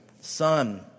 son